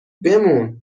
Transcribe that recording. بمون